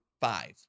five